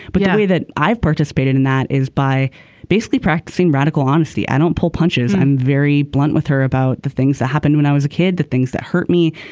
but not yeah only that i've participated in that is by basically practicing radical honesty. i don't pull punches. i'm very blunt with her about the things that happened when i was a kid the things that hurt me.